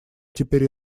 теперь